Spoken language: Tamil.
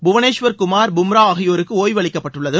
புவனேஸ்வர் குமார் பும்ரா ஆகியோருக்கு ஓய்வு அளிக்கப்பட்டுள்ளது